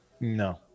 no